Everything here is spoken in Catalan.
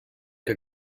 que